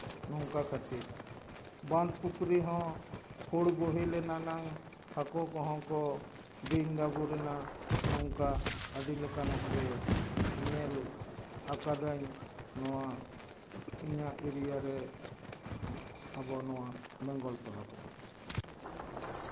ᱱᱚᱝᱠᱟ ᱠᱷᱟᱹᱛᱤᱨ ᱵᱟᱸᱫᱽ ᱯᱩᱠᱷᱨᱤ ᱦᱚᱸ ᱯᱷᱩᱲ ᱵᱚᱦᱮᱞ ᱮᱱᱟ ᱱᱟᱝ ᱦᱟᱹᱠᱳ ᱠᱚᱦᱚᱸ ᱠᱚ ᱰᱤᱝ ᱰᱟᱵᱩᱨ ᱮᱱᱟ ᱱᱚᱝᱠᱟ ᱟᱹᱰᱤ ᱞᱮᱠᱟᱱᱟᱜ ᱜᱮ ᱧᱮᱞ ᱟᱠᱟᱫᱟᱹᱧ ᱱᱚᱣᱟ ᱤᱧᱟᱹᱜ ᱮᱨᱭᱟ ᱨᱮ ᱟᱵᱚ ᱱᱚᱣᱟ ᱵᱮᱝᱜᱚᱞ ᱯᱚᱱᱚᱛ ᱨᱮ